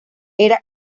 era